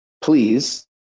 please